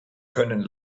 können